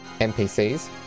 npcs